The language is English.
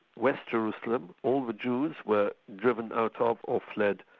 west jerusalem, all the jews were driven out ah of, or fled,